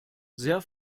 sehr